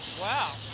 wow,